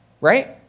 Right